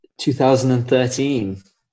2013